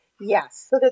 Yes